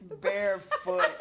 Barefoot